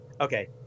Okay